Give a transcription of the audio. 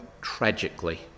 tragically